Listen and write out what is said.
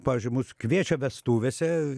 pavyzdžiui mus kviečia vestuvėse